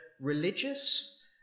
religious